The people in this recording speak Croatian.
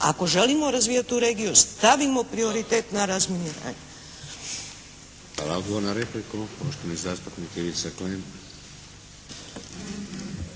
Ako želimo razvijati tu regiju stavimo prioritet na razminiranje.